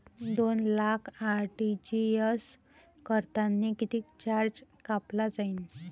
दोन लाख आर.टी.जी.एस करतांनी कितीक चार्ज कापला जाईन?